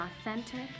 authentic